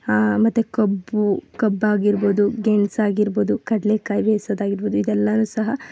ಮತ್ತು ಕಬ್ಬು ಕಬ್ಬಾಗಿರಬೋದು ಗೆಣಸಾಗಿರಬೋದು ಕಡ್ಲೆಕಾಯಿ ಬೇಸೊದಾಗಿರಬೋದು ಇದೆಲ್ಲವೂ ಸಹ